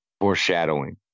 Foreshadowing